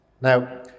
Now